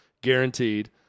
guaranteed